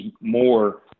more